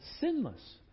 sinless